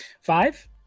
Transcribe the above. five